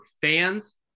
fans